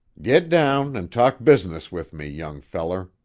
get down and talk business with me, young feller,